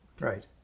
Right